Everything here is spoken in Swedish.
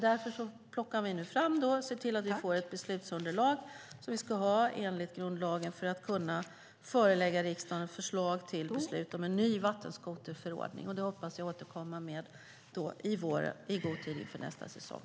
Därför ser vi nu till att vi får det beslutsunderlag som vi ska ha enligt grundlagen för att kunna förelägga riksdagen ett förslag till beslut om en ny vattenskoterförordning. Ett sådant hoppas jag kunna återkomma med i vår i budgeten för nästa säsong.